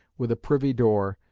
with a privy door,